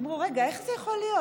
אמרו: רגע, איך זה יכול להיות?